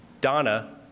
Donna